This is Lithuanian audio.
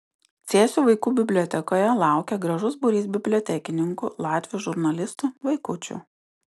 cėsių vaikų bibliotekoje laukė gražus būrys bibliotekininkų latvių žurnalistų vaikučių